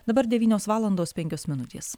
dabar devynios valandos penkios minutės